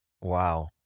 Wow